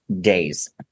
days